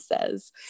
says